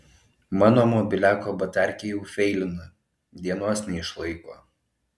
mano mobiliako batarkė jau feilina dienos neišlaiko